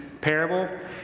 parable